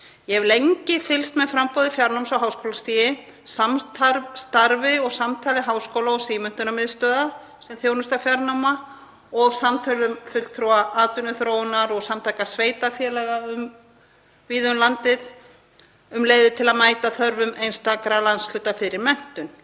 Ég hef lengi fylgst með framboði fjarnáms á háskólastigi, samstarfi og samtali háskóla og símenntunarmiðstöðva sem þjónusta fjarnema og samtölum fulltrúa atvinnuþróunar og samtaka sveitarfélaga víða um landið, um leiðir til að mæta þörfum einstakra landshluta fyrir menntun.